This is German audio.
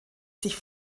sich